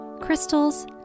crystals